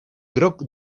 groc